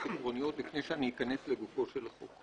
עקרוניות לפני שאכנס לגופו של החוק: